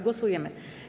Głosujemy.